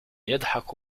يضحك